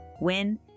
win